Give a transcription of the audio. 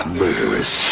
murderous